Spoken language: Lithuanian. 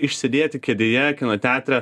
išsėdėti kėdėje kino teatre